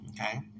Okay